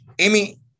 Amy